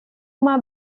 uma